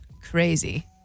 crazy